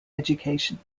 education